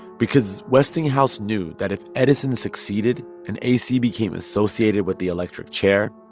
because westinghouse knew that if edison succeeded and ac became associated with the electric chair,